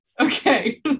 Okay